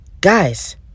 guys